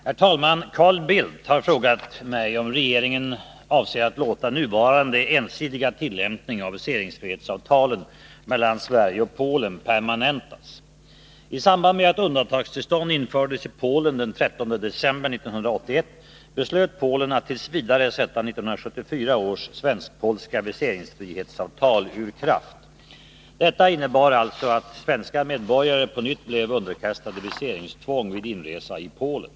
Herr talman! Carl Bildt har frågat mig om regeringen avser att låta nuvarande ensidiga tillämpning av viseringsfrihetsavtalen mellan Sverige och Polen permanentas. I samband med att undantagstillstånd infördes i Polen den 13 december 1981, beslöt Polen att t. v. sätta 1974 års svensk-polska viseringsfrihetsavtal ur kraft. Detta innebar alltså att svenska medborgare på nytt blev underkastade viseringstvång vid inresa i Polen.